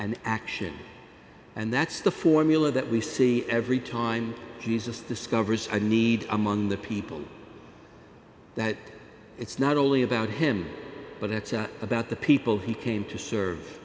and action and that's the formula that we see every time he's just discovers i need among the people that it's not only about him but it's about the people he came to serve